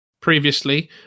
previously